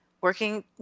working